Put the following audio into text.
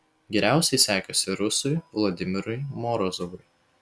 geriausiai sekėsi rusui vladimirui morozovui